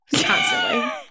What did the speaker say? constantly